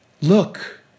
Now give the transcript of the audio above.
Look